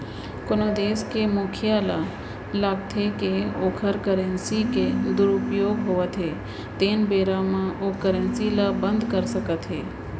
कोनो देस के मुखिया ल लागथे के ओखर करेंसी के दुरूपयोग होवत हे तेन बेरा म ओ करेंसी ल बंद कर सकत हे